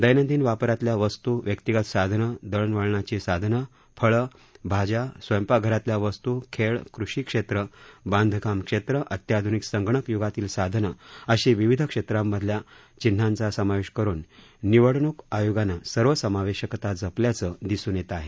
दैनंदिन वापरातल्या वस्तू व्यक्तिगत साधनं दळणवळणाची साधनं फळं भाज्या स्वयंपाक घरातल्या वस्त खेळ कृषी क्षेत्र बांधकाम क्षेत्र अत्याध्निक संगणक युगातील साधनं अशी विविध क्षेत्रांमधल्या चिन्हांचा समावेश करुन निवडणूक आयोगानं सर्वसमावेशकता जपल्याचं दिसून येत आहे